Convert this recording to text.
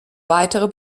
weitere